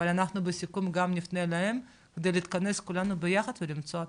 אבל אנחנו בסיכום גם נפנה אליהם כדי להתכנס כולנו יחד ולמצוא פתרונות.